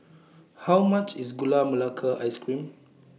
How much IS Gula Melaka Ice Cream